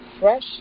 fresh